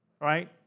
right